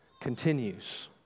continues